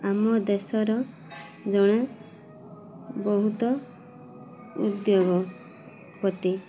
ଆମ ଦେଶର ଜଣେ ବହୁତ ଉଦ୍ୟୋଗପତି